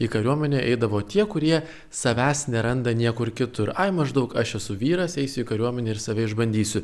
į kariuomenę eidavo tie kurie savęs neranda niekur kitur ai maždaug aš esu vyras eisiu į kariuomenę ir save išbandysiu